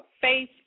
Faith